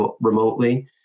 remotely